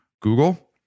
Google